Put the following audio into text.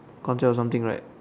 concept or something right